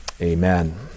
Amen